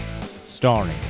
Starring